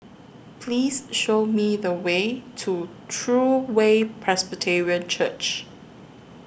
Please Show Me The Way to True Way Presbyterian Church